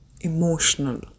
emotional